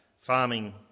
farming